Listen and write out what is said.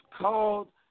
called